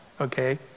okay